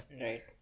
Right